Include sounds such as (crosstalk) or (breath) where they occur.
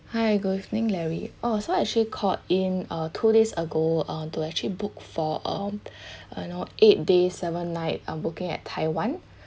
hi good evening larry oh so I actually called in uh two days ago uh to actually book for um (breath) you know eight days seven night uh booking at taiwan